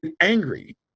angry